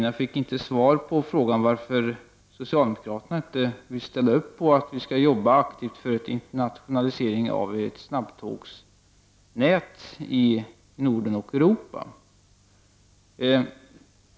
Jag fick inte svar på frågan varför socialdemokraterna inte vill ställa upp för att vi skall arbeta aktivt för en internationalisering av snabbtågsnätet i Norden och Europa.